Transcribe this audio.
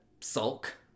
sulk